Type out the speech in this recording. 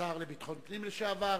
השר לביטחון פנים לשעבר,